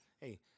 Hey